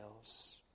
else